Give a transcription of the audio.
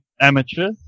amateur